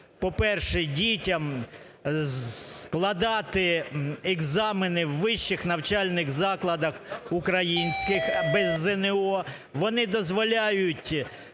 по-перше, дітям складати екзамени в вищих навчальних закладах українських без ЗНО, вони дозволяють